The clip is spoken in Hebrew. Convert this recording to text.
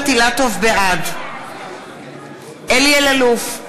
בעד אלי אלאלוף,